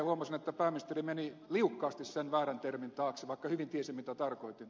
huomasin että pääministeri meni liukkaasti sen väärän termin taakse vaikka hyvin tiesi mitä tarkoitin